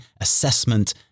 assessment